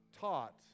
taught